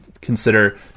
consider